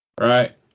Right